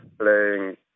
playing